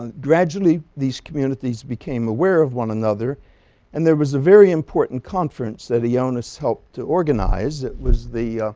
and gradually these communities became aware of one another and there was a very important conference that yeah ioannis helped to organize. it was the